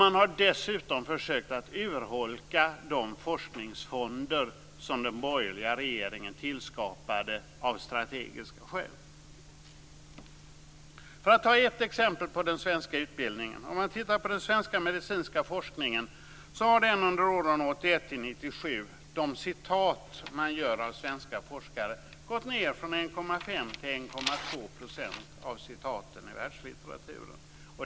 Man har dessutom försökt att urholka de forskningsfonder som den borgerliga regeringen tillskapade av strategiska skäl. Låt mig ta ett exempel på den svenska utbildningen. Under åren 1981-1997 har antalet citat av svenska forskare gått ned från 1,5 % till 1,2 % av citaten i världslitteraturen.